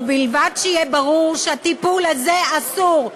ובלבד שיהיה ברור שהטיפול הזה אסור,